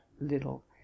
little